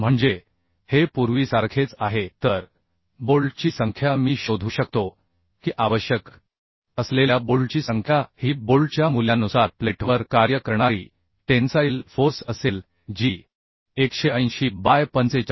म्हणजे हे पूर्वीसारखेच आहे तर बोल्टची संख्या मी शोधू शकतो की आवश्यक असलेल्या बोल्टची संख्या ही बोल्टच्या मूल्यानुसार प्लेटवर कार्य करणारी टेन्साइल फोर्स असेल जी 180 बाय 45